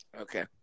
Okay